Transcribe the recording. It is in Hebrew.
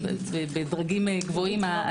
גבוהים.